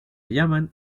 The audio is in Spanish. llaman